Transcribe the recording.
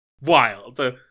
Wild